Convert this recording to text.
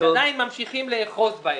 שעדין ממשיכים לאחוז בהן.